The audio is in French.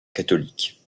catholique